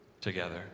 together